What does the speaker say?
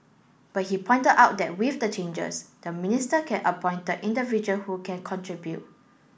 but he pointed out that with the changes the minister can appointed individual who can contribute